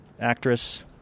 actress